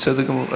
בסדר גמור.